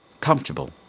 comfortable